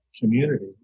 community